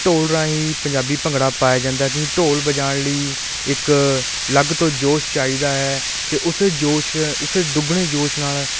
ਢੋਲ ਰਾਹੀਂ ਪੰਜਾਬੀ ਭੰਗੜਾ ਪਾਇਆ ਜਾਂਦਾ ਹੈ ਕਿ ਢੋਲ ਵਜਾਉਣ ਲਈ ਇੱਕ ਅਲੱਗ ਤੋਂ ਜੋਸ਼ ਚਾਹੀਦਾ ਹੈ ਅਤੇ ਉਸੇ ਜੋਸ਼ ਉਸੇ ਹੀ ਦੁਗਣੇ ਜੋਸ਼ ਨਾਲ